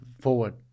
forward